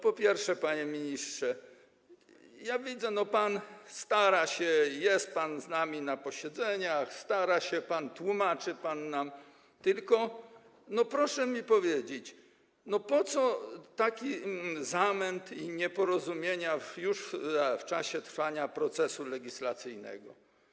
Po pierwsze, panie ministrze, widzę, że jest pan z nami na posiedzeniach, stara się pan, tłumaczy pan nam, tylko proszę mi powiedzieć, po co taki zamęt i nieporozumienia już w czasie trwania procesu legislacyjnego.